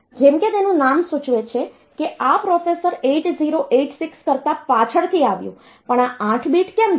જેમ કે તેનું નામ સૂચવે છે કે આ પ્રોસેસર આ 8086 કરતાં પાછળથી આવ્યું પણ આ 8 બીટ કેમ છે